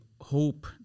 hope